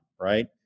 right